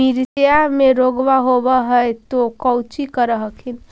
मिर्चया मे रोग्बा होब है तो कौची कर हखिन?